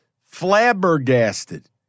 flabbergasted